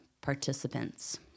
participants